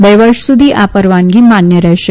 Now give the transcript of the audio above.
બે વર્ષ સુધી આ પરવાનગી માન્ય રહેશે